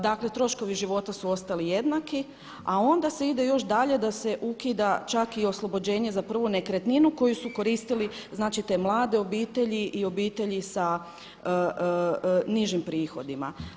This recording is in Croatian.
Dakle troškovi života su ostali jednaki a onda se ide još dalje da se ukida čak i oslobođenje za prvu nekretninu koju su koristili znači te mlade obitelji i obitelji sa nižim prihodima.